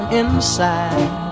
inside